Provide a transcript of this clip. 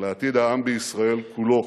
ולעתיד העם בישראל כולו.